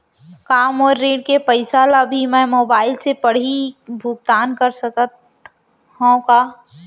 का मोर ऋण के पइसा ल भी मैं मोबाइल से पड़ही भुगतान कर सकत हो का?